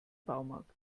baumarkt